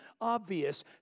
obvious